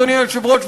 אדוני היושב-ראש,